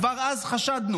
כבר אז חשדנו,